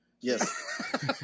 Yes